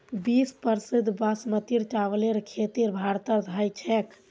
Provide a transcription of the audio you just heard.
विश्व प्रसिद्ध बासमतीर चावलेर खेती भारतत ह छेक